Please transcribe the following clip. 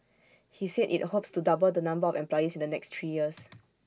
he said IT hopes to double the number of employees in the next three years